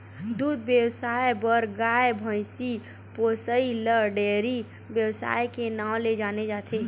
दूद बेवसाय बर गाय, भइसी पोसइ ल डेयरी बेवसाय के नांव ले जाने जाथे